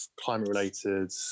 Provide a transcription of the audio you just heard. climate-related